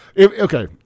Okay